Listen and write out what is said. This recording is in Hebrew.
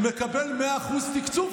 מקבל 100% תקצוב,